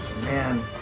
man